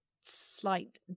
slight